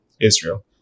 Israel